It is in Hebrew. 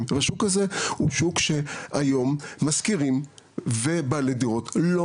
והשוק הזה הוא שוק שבו היום משכירים ובעלי דירות לא